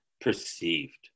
perceived